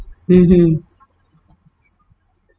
mmhmm